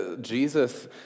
Jesus